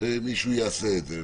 מישהו יעשה את זה,